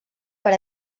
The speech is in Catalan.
per